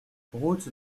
route